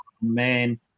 man